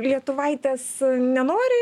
lietuvaitės nenori